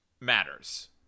matters